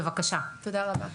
תודה רבה.